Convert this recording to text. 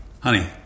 Honey